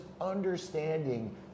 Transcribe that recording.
understanding